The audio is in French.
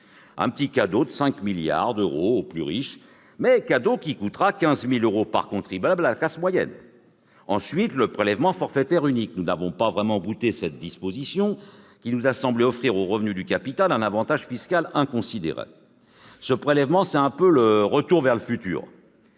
: ce cadeau de 5 milliards d'euros aux plus riches coûtera 15 000 euros par contribuable concerné ! Il y a, ensuite, le prélèvement forfaitaire unique. Nous n'avons pas vraiment goûté cette disposition, qui nous a semblé offrir aux revenus du capital un avantage fiscal inconsidéré. Ce prélèvement, c'est un peu ! Rappelez-vous,